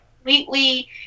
completely